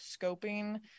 scoping